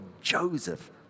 Joseph